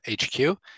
HQ